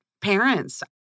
parents